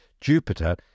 Jupiter